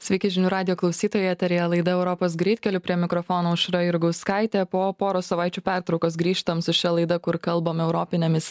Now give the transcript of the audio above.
sveiki žinių radijo klausytojai eteryje laida europos greitkeliu prie mikrofono aušra jurgauskaitė po poros savaičių pertraukos grįžtam su šia laida kur kalbame europinėmis